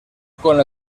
con